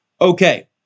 Okay